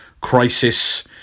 Crisis